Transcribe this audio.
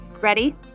Ready